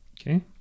Okay